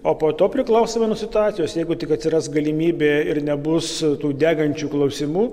o po to priklausomai nuo situacijos jeigu tik atsiras galimybė ir nebus tų degančių klausimų